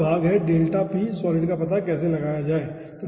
तो अगला भाग यह है कि डेल्टा p सॉलिड का पता कैसे लगाया जाता है